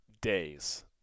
days